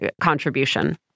contribution